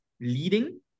leading